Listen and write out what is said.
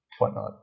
whatnot